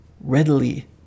readily